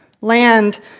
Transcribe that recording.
land